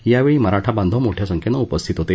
यावेळी मराठा बांधव मोठ्या संख्येनं उपस्थित होते